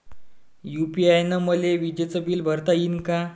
UPI न मले विजेचं बिल भरता यीन का?